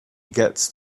gets